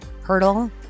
Hurdle